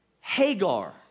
Hagar